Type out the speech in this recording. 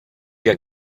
jak